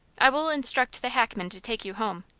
i will instruct the hackman to take you home.